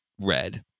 red